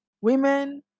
women